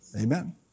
Amen